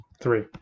Three